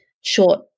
short